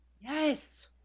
Yes